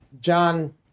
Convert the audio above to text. John